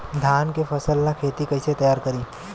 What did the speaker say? धान के फ़सल ला खेती कइसे तैयार करी?